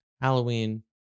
Halloween